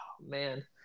man